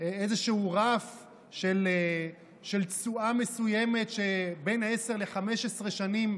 איזשהו רף של תשואה מסוימת שבין 10 ל-15 שנים,